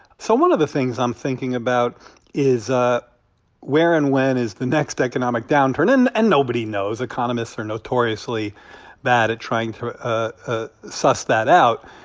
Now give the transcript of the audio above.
so one of the things i'm thinking about is, ah where and when is the next economic downturn? and and nobody knows. economists are notoriously bad at trying to ah suss that out.